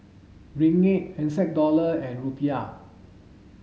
Ringgit N Z Dollar and Rupiah